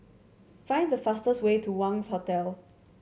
find the fastest way to Wangz Hotel